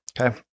Okay